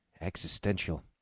existential